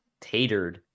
tatered